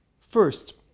First